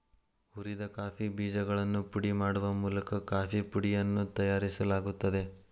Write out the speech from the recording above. ಹುರಿದ ಕಾಫಿ ಬೇಜಗಳನ್ನು ಪುಡಿ ಮಾಡುವ ಮೂಲಕ ಕಾಫೇಪುಡಿಯನ್ನು ತಯಾರಿಸಲಾಗುತ್ತದೆ